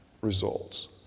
results